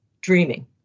dreaming